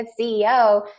CEO